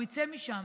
והוא יצא משם.